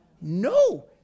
No